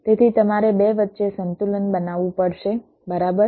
તેથી તમારે 2 વચ્ચે સંતુલન બનાવવું પડશે બરાબર